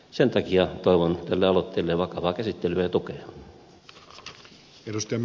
sen takia toivon tälle aloitteelle vakavaa käsittelyä ja tukea